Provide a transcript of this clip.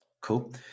Cool